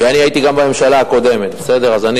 ואני הייתי גם בממשלה הקודמת, אז אני